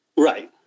Right